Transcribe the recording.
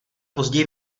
později